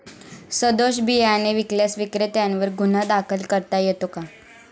सदोष बियाणे विकल्यास विक्रेत्यांवर गुन्हा दाखल करता येतो का?